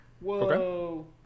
Whoa